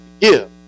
give